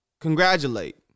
Congratulate